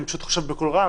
אני פשוט חושב בקול רם